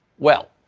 well,